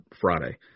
Friday